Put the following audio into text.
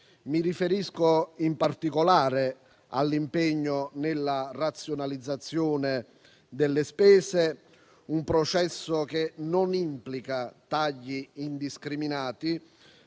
Mi riferisco, in particolare, all'impegno per la razionalizzazione delle spese: un processo che implica non tagli indiscriminati,